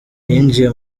yinjiye